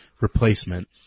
replacement